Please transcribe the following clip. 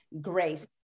grace